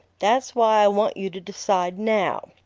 that's why i want you to decide now.